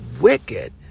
wicked